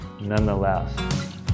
nonetheless